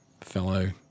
fellow